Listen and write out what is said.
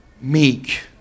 meek